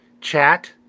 chat